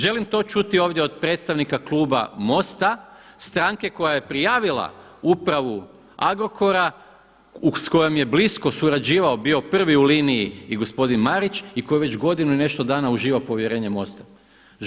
Želim to čuti od predstavnika kluba MOST-a, stranke koja je prijavila Upravu Agrokora s kojim je blisko surađivao bio prvi u liniji i gospodin Marić i koji već godinu i nešto dana uživa povjerenje MOST-a.